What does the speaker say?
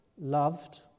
loved